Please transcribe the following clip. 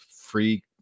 free